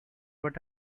what